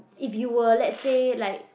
if you were let's say like